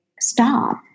stop